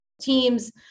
teams